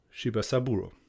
Shibasaburo